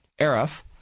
Arif